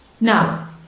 now